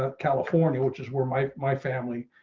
ah california, which is where my my family,